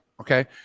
Okay